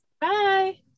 Bye